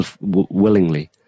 willingly